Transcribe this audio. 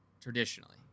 traditionally